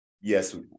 yes